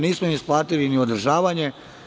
Nismo isplatili ni održavanje.